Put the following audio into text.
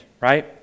right